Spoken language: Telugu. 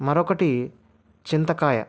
మరొకటి చింతకాయ